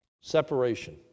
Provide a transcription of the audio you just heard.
separation